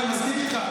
אני מסכים איתך.